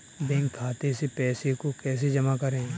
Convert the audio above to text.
Bank खाते से पैसे को कैसे जमा करें?